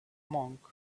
monk